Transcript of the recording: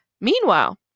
meanwhile